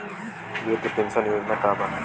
वृद्ध पेंशन योजना का बा?